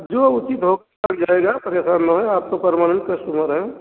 जो उचित होगा जाएगा परेशान ना होएं आप तो पर्मानेन्ट कस्टमर हैं